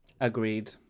Agreed